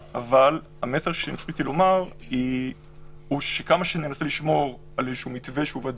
יש הדבקה אצל ילדים בני 14. הדברים נעשים במשיחות מכחול עבות